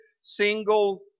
single